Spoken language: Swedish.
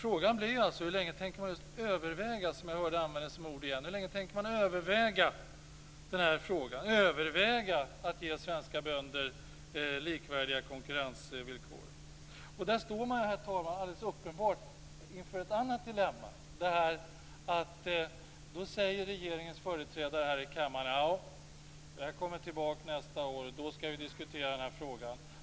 Frågan är alltså hur länge man tänker överväga - det ordet användes nu igen - frågan, överväga att ge svenska bönder likvärdiga konkurrensvillkor. Där står man, herr talman, alldeles uppenbart inför ett annat dilemma. Regeringens företrädare här i kammaren säger: Det här kommer tillbaka nästa år. Då skall vi diskutera frågan.